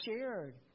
shared